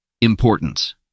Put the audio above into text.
Importance